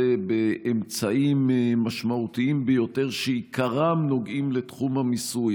באמצעים משמעותיים ביותר שעיקרם נוגעים לתחום המיסוי,